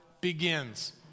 begins